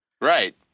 Right